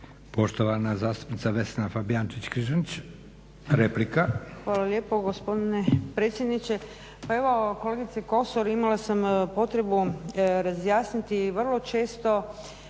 Fabijančić-Križanić replika. **Fabijančić Križanić, Vesna (SDP)** Hvala lijepo gospodine predsjedniče. Pa evo kolegice Kosor, imala sam potrebu razjasniti vrlo često